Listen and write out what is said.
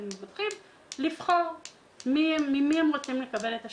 המבוטחים לבחור ממי הם רוצים לקבל את השירות.